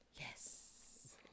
yes